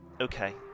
Okay